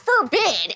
forbid